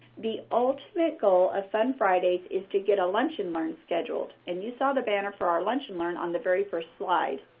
the ultimate goal of fun fridays is to get a lunch-and-learn scheduled. and you saw the banner for our lunch-and-learn on the very first slide.